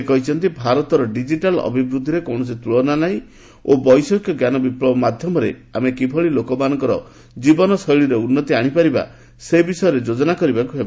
ସେ କହିଛନ୍ତି ଭାରତର ଡିଜିଟାଲ୍ ଅଭିବୃଦ୍ଧିର କୌଣସି ତୁଳନା ନାହିଁ ଓ ବୈଷୟିକଞ୍ଜାନ ବିପ୍ଲବ ମାଧ୍ୟମରେ ଆମେ କିଭଳି ଲୋକମାନଙ୍କ ଜୀବନଶୈଳୀରେ ଉନ୍ନତି ଆଣିପାରିବା ସେ ବିଷୟରେ ଯୋଜନା କରିବାକୁ ହେବ